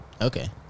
Okay